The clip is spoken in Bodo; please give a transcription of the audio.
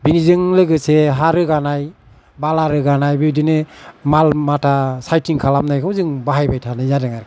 बेजों लोगोसे हा रोगानाय बाला रोगानानि बिदिनो माल माथा सायथिं खालामनायखौ जों बाहायबाय थानाय जादों आरोखि